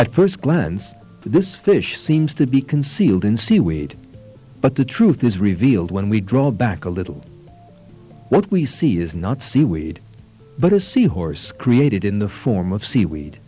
at first glance this fish seems to be concealed in seaweed but the truth is revealed when we drop back a little what we see is not seaweed but a sea horse created in the form of seaweed